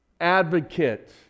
advocate